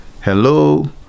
Hello